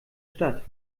stadt